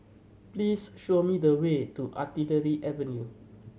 please show me the way to Artillery Avenue